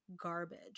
garbage